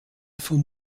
von